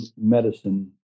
medicine